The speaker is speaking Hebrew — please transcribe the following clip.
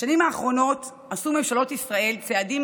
בשנים האחרונות עשו ממשלות ישראל צעדים